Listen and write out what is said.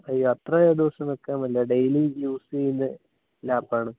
അയ്യോ അത്രയും ദിവസം നിൽക്കാൻ പറ്റില്ല ഡെയ്ലി യൂസ് ചെയ്യുന്ന ലാപ്പ് ആണ്